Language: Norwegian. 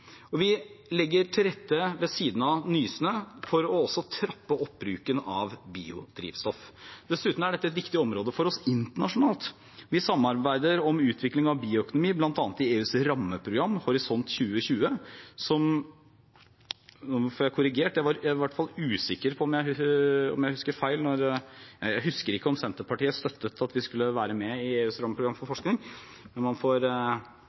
for også å trappe opp bruken av biodrivstoff. Dessuten er dette et viktig område for oss internasjonalt. Vi samarbeider om utvikling av bioøkonomi bl.a. i EUs rammeprogram Horisont 2020 – jeg husker ikke om Senterpartiet støttet at vi skulle være med i EUs rammeprogram for forskning, men jeg får friske opp hukommelsen min senere – i OECD og gjennom Nordisk ministerråd. Så må vi